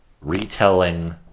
retelling